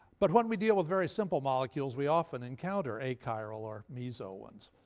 but when we deal with very simple molecules, we often encounter achiral or meso ones.